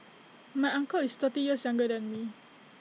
my uncle is thirty years younger than me